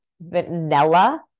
vanilla